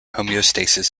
homeostasis